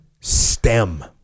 STEM